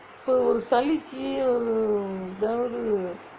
so ஒரு சலிக்கு ஒரு எதோ ஒரு:oru salikku oru etho oru